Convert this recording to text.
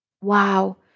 wow